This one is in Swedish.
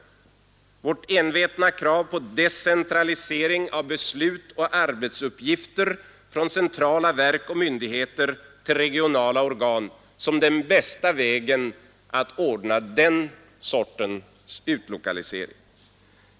Först vårt envetna krav på decentralisering av beslut och arbetsuppgifter från centrala verk och myndigheter till regionala organ som den bästa vägen att ordna den sortens utlokalisering.